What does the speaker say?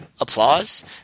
applause